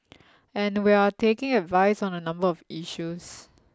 and we're taking advice on a number of issues